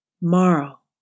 marl